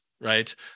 Right